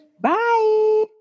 Bye